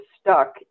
stuck